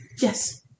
Yes